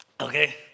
Okay